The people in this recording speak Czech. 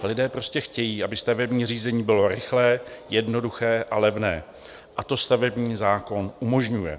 Lidé prostě chtějí, aby stavební řízení bylo rychlé, jednoduché a levné, a to stavební zákon umožňuje.